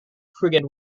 frigate